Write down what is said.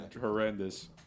horrendous